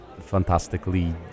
fantastically